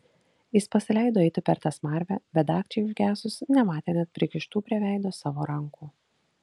jis pasileido eiti per tą smarvę bet dagčiai užgesus nematė net prikištų prie veido savo rankų